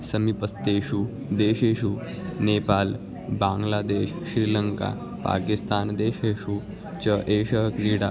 समीपस्थेषु देशेषु नेपाल् बाङ्ग्लादेश् श्रीलङ्का पाकिस्तान् देशेषु च एषा क्रीडा